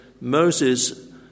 Moses